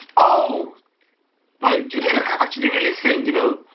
oh wait! judika can actually really sing you know!